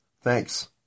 thanks